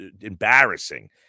embarrassing